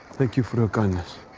thank you for your kindness